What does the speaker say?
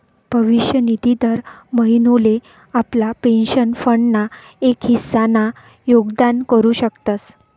भविष्य निधी दर महिनोले आपला पेंशन फंड ना एक हिस्सा ना योगदान करू शकतस